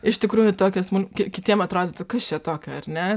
iš tikrųjų tokia smulk ki kitiems atrodytų kas čia tokio ar ne